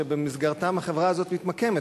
שבמסגרתם החברה הזאת מתמקמת,